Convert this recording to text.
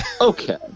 Okay